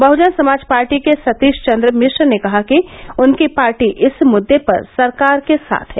बहुजन Samaj party के सतीश चंद्र मिश्र ने कहा कि उनकी पार्टी इस मुद्दे पर सरकार के साथ है